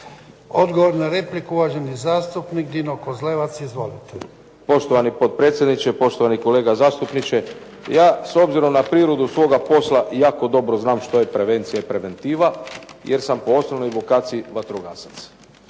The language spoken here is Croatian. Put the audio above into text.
Odgovor na repliku, uvaženi zastupnik Dino Kozlevac. Izvolite. **Kozlevac, Dino (SDP)** Poštovani potpredsjedniče, poštovani kolega zastupniče. Ja s obzirom na prirodu svoga posla jako dobro znam što je prevencija i preventiva, jer sam po osnovnoj edukaciji vatrogasac.